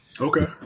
Okay